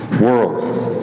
world